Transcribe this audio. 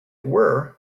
were